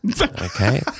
Okay